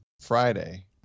friday